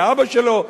לאבא שלו,